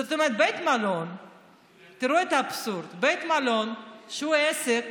תראו את האבסורד: בית מלון, שהוא עסק